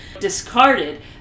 discarded